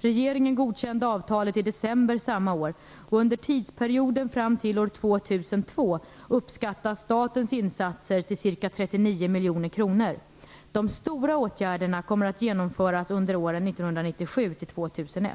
Regeringen godkände avtalet i december samma år, och under tidsperioden fram till år 2002 uppskattas statens insatser till ca 39 miljoner kronor. De stora åtgärderna kommer att genomföras under åren 1997-2001.